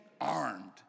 armed